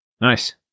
Nice